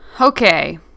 Okay